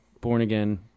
born-again